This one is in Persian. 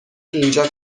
اینجا